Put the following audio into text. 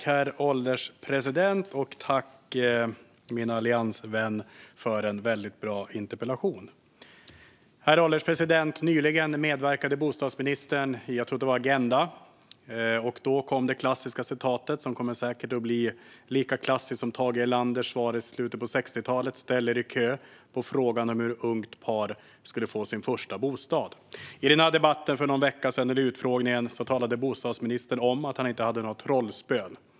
Herr ålderspresident! Jag tackar min alliansvän för en mycket bra interpellation. Nyligen medverkade bostadsministern i Agenda , tror jag att det var. Då kom det klassiska uttalandet. Det kommer säkert att bli lika klassiskt som Tage Erlanders svar i slutet av 60-talet på frågan hur ett ungt par skulle få sin första bostad: Ställ er i kö. I denna debatt i tv för någon vecka sedan talade bostadsministern om att han inte hade några trollspön.